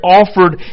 offered